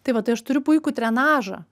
tai va tai aš turiu puikų trenažą